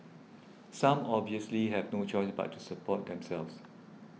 some obviously have no choice but to support themselves